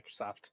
Microsoft